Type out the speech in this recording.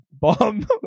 Bomb